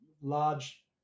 large